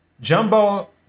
Jumbo